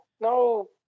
No